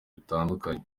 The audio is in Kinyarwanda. bitandukanye